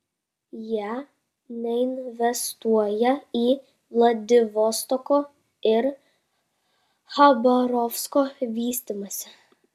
jie neinvestuoja į vladivostoko ir chabarovsko vystymąsi